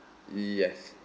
yes